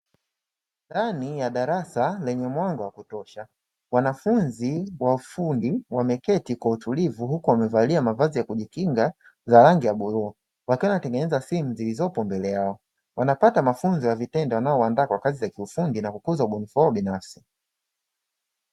Ndani ya darasa lenye mwanga wa kutosha, wanafunzi wa ufundi wameketi kwa utulivu huku wamevalia mavazi ya kujikinga za rangi ya bluu, wakiwa wanatengeneza simu zilizopo mbele yao. Wanapata mafunzo ya vitendo wanaoandaa kwa kazi za kiufundi na kukuza ubunifu wao binafsi.